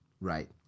Right